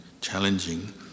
challenging